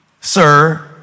sir